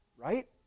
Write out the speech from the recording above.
Right